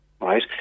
right